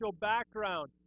background